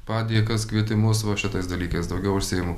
padėkas kvietimus va šitais dalykais daugiau užsiimu